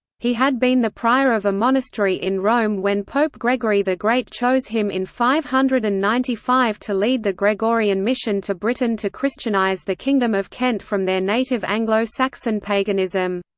he had been the prior of a monastery in rome when pope gregory the great chose him in five hundred and ninety five to lead the gregorian mission to britain to christianise the kingdom of kent from their native anglo-saxon paganism.